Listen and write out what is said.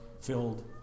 Filled